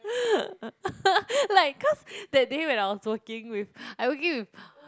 like cause that day when I was working with I working with